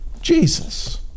Jesus